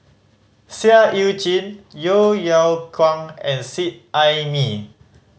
Seah Eu Chin Yeo Yeow Kwang and Seet Ai Mee